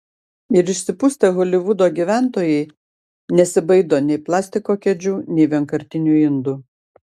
ir išsipustę holivudo gyventojai nesibaido nei plastiko kėdžių nei vienkartinių indų